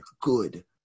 good